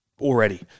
already